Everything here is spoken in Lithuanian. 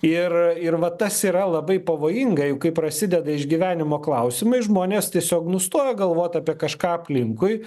ir ir va tas yra labai pavojinga jau kai prasideda išgyvenimo klausimai žmonės tiesiog nustoja galvot apie kažką aplinkui